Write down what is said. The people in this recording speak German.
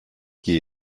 gehe